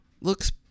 looks